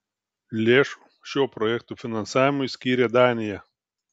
lėšų šio projekto finansavimui skyrė danija